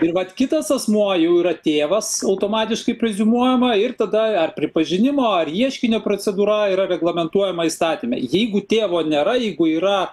ir vat kitas asmuo jau yra tėvas automatiškai preziumuojama ir tada ar pripažinimo ar ieškinio procedūra yra reglamentuojama įstatyme jeigu tėvo nėra jeigu yra